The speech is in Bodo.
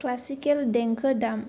क्लासिकेल देंखो दाम